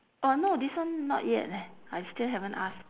orh no this one not yet leh I still haven't ask